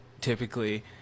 typically –